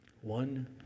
One